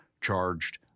charged